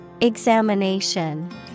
Examination